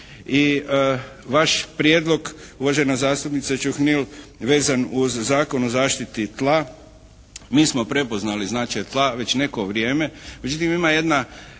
I vaš prijedlog uvažena zastupnice Čuhnil vezan uz Zakon o zaštiti tla mi smo prepoznali značaj tla već neko vrijeme međutim ima jedna